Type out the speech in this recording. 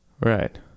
Right